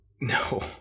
no